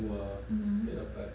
mmhmm